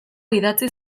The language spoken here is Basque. idatzi